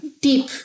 deep